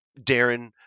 Darren